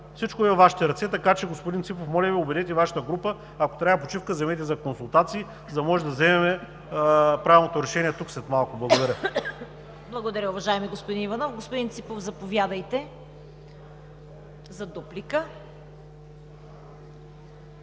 Всичко е във Вашите ръце, така че, господин Ципов, моля Ви, убедете Вашата група, ако трябва и почивка вземете за консултации, за да можем да вземем правилното решение тук след малко. Благодаря. ПРЕДСЕДАТЕЛ ЦВЕТА КАРАЯНЧЕВА: Благодаря, уважаеми господин Иванов. Господин Ципов, заповядайте за дуплика.